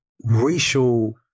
racial